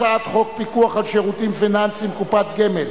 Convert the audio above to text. הצעת חוק הפיקוח על שירותים פיננסיים (קופות גמל)